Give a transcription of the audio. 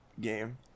game